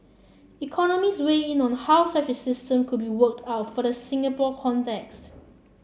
economists weighed in on how such a system could be worked out for the Singapore context